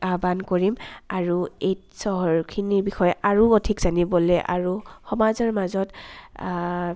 আহ্বান কৰিম আৰু এই চহৰখিনিৰ বিষয়ে আৰু অধিক জানিবলে আৰু সমাজৰ মাজত